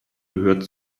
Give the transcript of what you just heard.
gehört